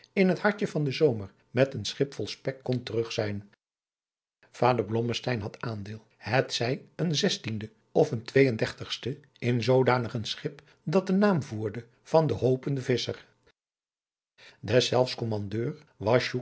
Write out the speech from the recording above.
in het hartje van den zomer met een schip vol spek kon terug zijn vader blommesteyn had aandeel het zij een zestiende of een twee en dertigste in zoodanig een schip dat de naam voerde van de hopende visscher deszelfs